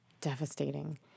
devastating